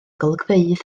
golygfeydd